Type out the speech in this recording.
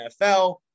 nfl